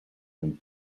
than